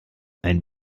ein